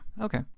Okay